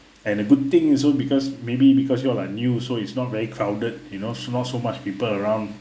and the good thing also because maybe because you all are new so it's not very crowded you know so not so much people around